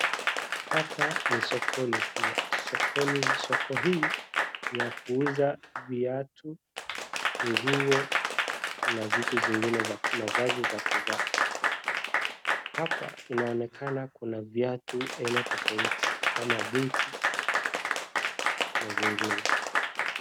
Hapa ni sokoni pia. Sokoni, soko hii ni ya kuuza viatu, nguo na vitu zingine za mavazi za kuvaa. Hapa inaonekana kuna viatu aina tofauti kama buti na zingine.